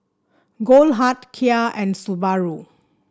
Goldheart Kia and Subaru